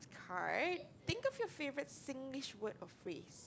card think of your favorite Singlish word or phrase